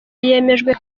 yemejwe